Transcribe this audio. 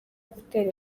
gutera